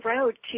road